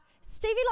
Stevie